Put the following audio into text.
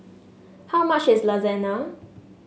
how much is Lasagna